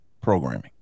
programming